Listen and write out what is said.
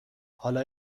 حالا